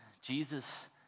Jesus